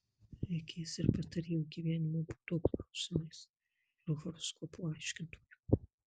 reikės ir patarėjų gyvenimo būdo klausimais ir horoskopų aiškintojų